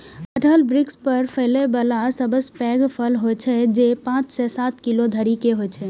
कटहल वृक्ष पर फड़ै बला सबसं पैघ फल होइ छै, जे पांच सं सात किलो धरि के होइ छै